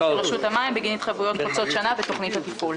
של רשות המים בגין התחייבויות חוצות שנה בתוכנית התפעול.